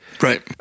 Right